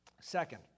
Second